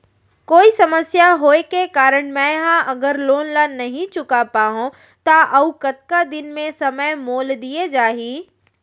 कोई समस्या होये के कारण मैं हा अगर लोन ला नही चुका पाहव त अऊ कतका दिन में समय मोल दीये जाही?